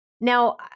Now